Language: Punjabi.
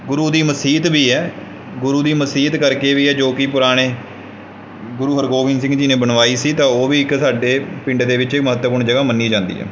ਗੁਰੂ ਦੀ ਮਸੀਤ ਵੀ ਹੈ ਗੁਰੂ ਦੀ ਮਸੀਤ ਕਰਕੇ ਵੀ ਹੈ ਜੋ ਕਿ ਪੁਰਾਣੇ ਗੁਰੂ ਹਰਗੋਬਿੰਦ ਸਿੰਘ ਜੀ ਨੇ ਬਣਵਾਈ ਸੀ ਤਾਂ ਉਹ ਵੀ ਇੱਕ ਸਾਡੇ ਪਿੰਡ ਦੇ ਵਿੱਚ ਮਹੱਤਵਪੂਰਨ ਜਗ੍ਹਾ ਮੰਨੀ ਜਾਂਦੀ ਹੈ